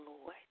Lord